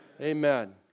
Amen